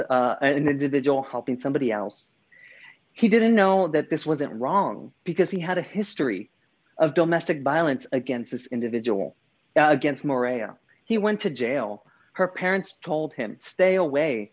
in an individual helping somebody else he didn't know that this wasn't wrong because he had a history of domestic violence against this individual against morena he went to jail her parents told him stay away